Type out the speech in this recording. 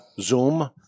Zoom